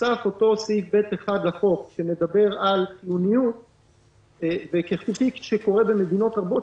הוסף אותו סעיף ב(1) לחוק שמדבר על חיוניות וכפי שקורא במדינות רבות,